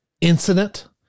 incident